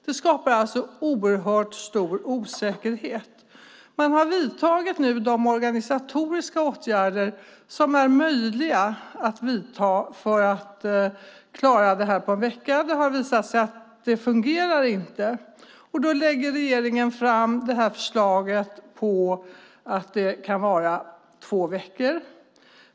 Det skapar en oerhörd osäkerhet. Nu har man vidtagit de organisatoriska åtgärder som är möjliga att vidta för att klara det på en vecka. Det har visat sig inte fungera. Därför lägger regeringen fram ett förslag om att öka tiden till två veckor.